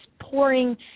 pouring